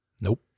Nope